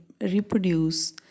reproduce